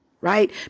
right